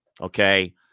Okay